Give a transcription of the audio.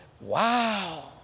Wow